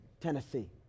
Tennessee